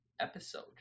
episode